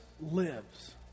lives